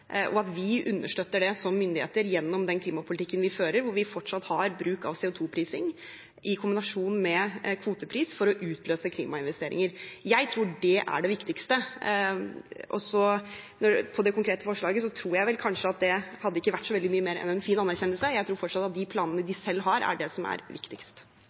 og at vi som myndigheter understøtter det gjennom den klimapolitikken vi fører, hvor vi fortsatt gjør bruk av CO 2 -prising i kombinasjon med kvotepris for å utløse klimainvesteringer. Jeg tror det er det viktigste. Og til det konkrete forslaget: Jeg tror vel kanskje at det ikke hadde vært så mye mer enn en fin anerkjennelse. Jeg tror fortsatt at de planene de selv har, er det som er viktigst.